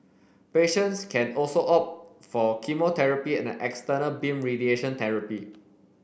patients can also opt for chemotherapy and external beam radiation therapy